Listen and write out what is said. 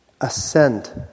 ascent